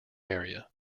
area